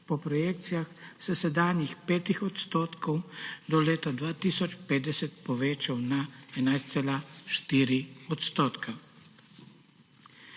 po projekcijah s sedanjih 5 odstotkov do leta 2050 povečal na 11,4 odstotka.